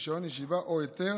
רישיון ישיבה או היתר